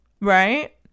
Right